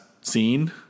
scene